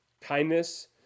Kindness